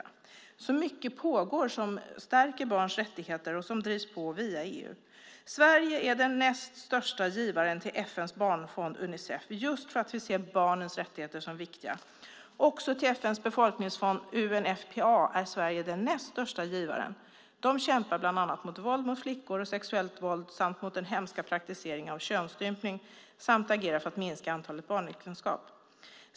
Mycket pågår som stärker barns rättigheter och som drivs på via EU. Sverige är den näst största givaren till FN:s barnfond Unicef, just för att vi ser barnens rättigheter som viktiga. Också till FN:s befolkningsfond UNFPA är Sverige den näst största givaren. De kämpar bland annat mot våld mot flickor, sexuellt våld, den hemska praktiseringen av könsstympning och agerar för en minskning av antalet barnäktenskap.